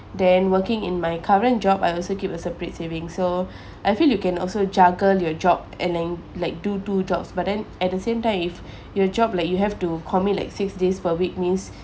then working in my current job I also keep a separate saving so I feel you can also juggle your job and then like do two jobs but then at the same time if your job like you have to commit like six days per week means